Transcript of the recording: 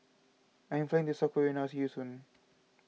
I'm flying to South Korea now see you soon